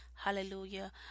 Hallelujah